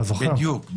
בדיוק.